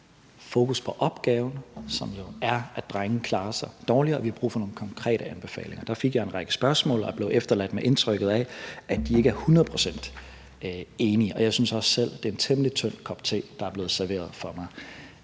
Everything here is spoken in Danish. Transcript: fokus på opgaven, som er at drengene klarer sig dårligere og vi har brug for nogle konkrete anbefalinger. Der fik jeg en række spørgsmål og blev efterladt med indtrykket af, at de ikke er hundrede procent enige, og jeg synes også selv, det er en temmelig tynd kop te, der er blevet serveret for mig.